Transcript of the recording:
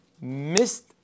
missed